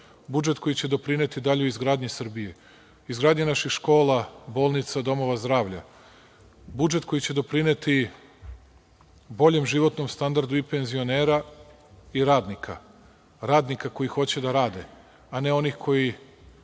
Budžet koji će doprineti daljoj izgradnji Srbije, izgradnji naših škola, bolnica, domova zdravlja. Budžet koji će doprineti boljem životnom standardu i penzionera i radnika. Radnika koji hoće da rade, a ne onih koji